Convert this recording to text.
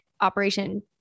Operation